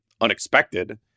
unexpected